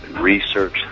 research